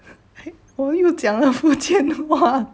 我又讲了福建话